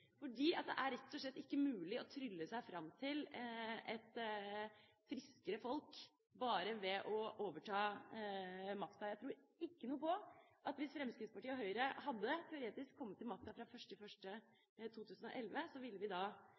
fordi det rett og slett ikke er mulig å trylle seg fram til et friskere folk bare ved å overta makta. Jeg tror ikke noe på at hvis Fremskrittspartiet og Høyre hadde – teoretisk – kommet til makta fra 1. januar 2011, ville vi